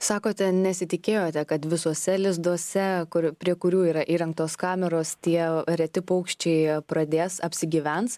sakote nesitikėjote kad visuose lizduose kur prie kurių yra įrengtos kameros tie reti paukščiai pradės apsigyvens